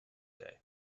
day